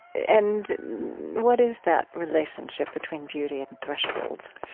and what is that relationship between beauty and thresholds?